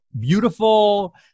beautiful